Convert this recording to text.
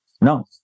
no